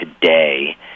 today